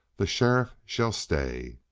the sheriff shall stay!